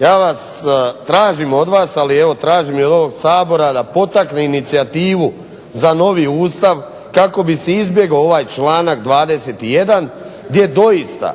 ja vas tražim, tražim od vas ali evo tražim i od ovog Sabora da potakne inicijativu za novi ustav kako bi se izbjegao ovaj članak 21. gdje doista